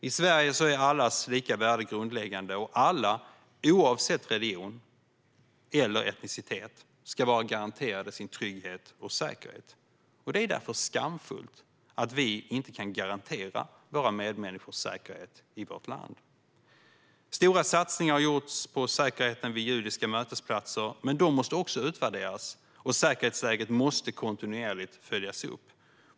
I Sverige är allas lika värde grundläggande, och alla, oavsett religion eller etnicitet, ska vara garanterade sin trygghet och säkerhet. Det är därför skamfullt att vi inte kan garantera våra medmänniskors säkerhet i vårt land. Stora satsningar har gjorts på säkerheten vid judiska mötesplatser, men de måste också utvärderas, och säkerhetsläget måste kontinuerligt följas upp.